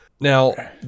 Now